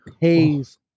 pays